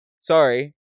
Sorry